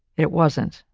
it wasn't,